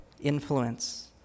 influence